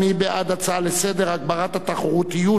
מי בעד הצעה לסדר-היום בנושא: הגברת התחרותיות